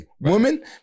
Women